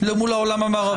לעומת העולם המערבי?